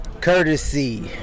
Courtesy